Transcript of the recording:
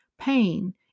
pain